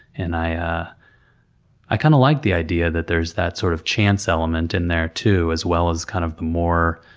and i ah kinda kind of liked the idea that there's that sort of chance element in there too, as well as kind of the more,